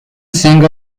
single